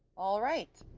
all right.